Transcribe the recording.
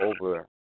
over